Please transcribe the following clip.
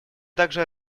также